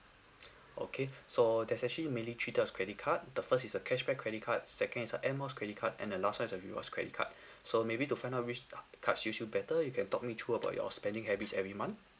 okay so there's actually mainly three types of credit card the first is a cashback credit card second is a air miles credit card and the last [one] is a rewards credit card so maybe to find out which cards suit you better you can talk me through about your spending habits every month